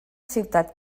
ciutat